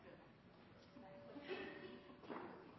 nei til